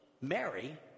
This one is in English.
Mary